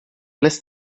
lässt